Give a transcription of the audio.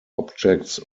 objects